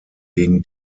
gegen